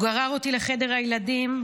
הוא גרר אותי לחדר הילדים,